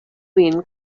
vin